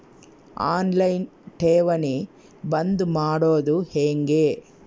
On line ಠೇವಣಿ ಬಂದ್ ಮಾಡೋದು ಹೆಂಗೆ?